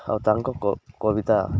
ଆଉ ତାଙ୍କ କବିତା